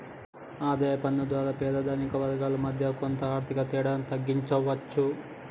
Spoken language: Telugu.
ఆదాయ పన్ను ద్వారా పేద ధనిక వర్గాల మధ్య కొంత ఆర్థిక తేడాను తగ్గించవచ్చు